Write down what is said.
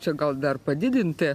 čia gal dar padidinti